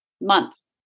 months